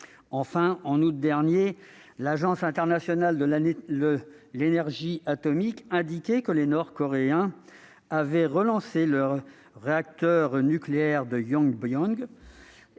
Enfin, en août dernier, l'Agence internationale de l'énergie atomique indiquait que les Nord-Coréens avaient relancé leur réacteur nucléaire de Yongbyon,